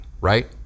right